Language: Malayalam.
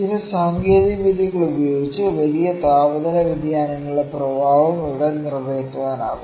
ചില സാങ്കേതിക വിദ്യകൾ ഉപയോഗിച്ച് വലിയ താപനില വ്യതിയാനങ്ങളുടെ പ്രഭാവം ഇവിടെ നിറവേറ്റാനാകും